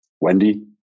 Wendy